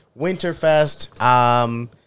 Winterfest